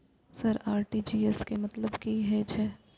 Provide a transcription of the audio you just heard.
Sir RTGS के मतलब की हे छे?